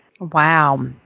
Wow